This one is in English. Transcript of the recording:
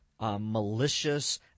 malicious